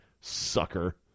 Sucker